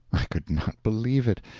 i could not believe it,